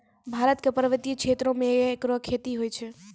भारत क पर्वतीय क्षेत्रो म एकरो खेती होय छै